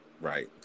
Right